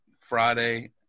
Friday